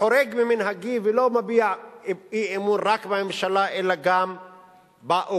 חורג ממנהגי ולא מביע אי-אמון רק בממשלה אלא גם באופוזיציה,